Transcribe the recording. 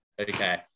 Okay